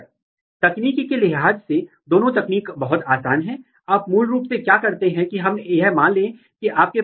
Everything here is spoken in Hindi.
एक और ऐसे यह चावल में एडवांटेजियस जड़ विकास के दौरान एक और दो बहुत महत्वपूर्ण ट्रांसक्रिप्शन फैक्टर के लिए किया जाता है